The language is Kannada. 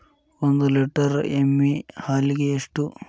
ಒಂದು ಲೇಟರ್ ಎಮ್ಮಿ ಹಾಲಿಗೆ ಎಷ್ಟು?